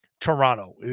Toronto